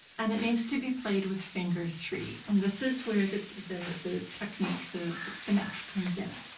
and it needs to be played with finger three. and this is where the the the technique, the finesse comes in.